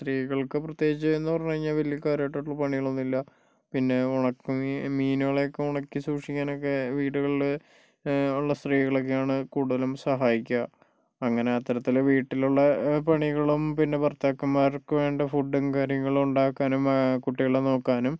സ്ത്രീകൾക്ക് പ്രത്യേകിച്ച് എന്ന് പറഞ്ഞു കഴിഞ്ഞാൽ വലിയ കാര്യമായിട്ടുള്ള പണികളൊന്നു ഇല്ല പിന്നെ ഉഒണക്ക മീനുകളൊക്കെ ഉണക്കി സൂക്ഷിക്കാനൊക്കെ വീടുകളിൽ ഉള്ള സ്ത്രീകളൊക്കെയാണ് കൂടുതലും സഹായിക്കുക അങ്ങനെ അത്തരത്തിലെ വീട്ടിലുള്ള പണികളും പിന്നെ ഭർത്താക്കന്മാർക്ക് വേണ്ട ഫുഡും കാര്യങ്ങളും ഉണ്ടാക്കാനും കുട്ടികളെ നോക്കാനും